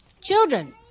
children